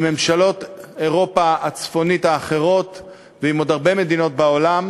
עם ממשלות אירופה הצפונית האחרות ועם עוד הרבה מדינות בעולם,